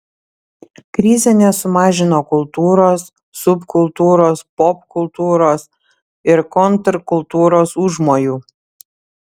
krizė nesumažino kultūros subkultūros popkultūros ir kontrkultūros užmojų